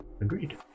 Agreed